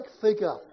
figure